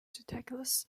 tactless